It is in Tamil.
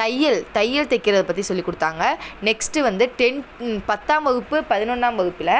தையல் தையல் தைக்கிறதை பற்றி சொல்லி கொடுத்தாங்க நெக்ஸ்ட்டு வந்து டென்த் பத்தாம் வகுப்பு பதினொன்றாம் வகுப்பில்